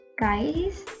Guys